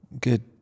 Good